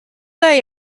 day